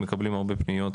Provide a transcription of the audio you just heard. מקבלים הרבה פניות,